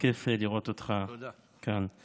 כיף לראות אותך כאן.